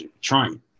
trying